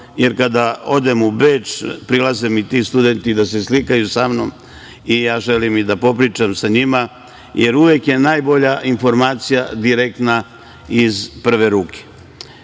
jer kada odem u Beč prilaze mi ti studenti da se slikaju sa mnom i želim i da popričam sa njima, jer uvek je najbolja informacija iz prve ruke,